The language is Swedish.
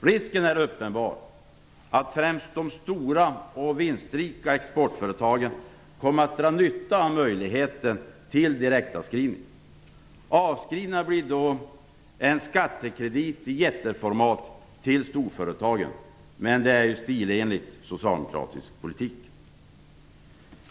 Risken är uppenbar att främst de stora och vinstrika exportföretagen kommer att dra nytta av möjligheten till direktavskrivningar. Avskrivningarna blir då en skattekredit i jätteformat till storföretagen. Det är stilenlig socialdemokratisk politik.